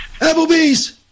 Applebee's